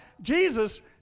Jesus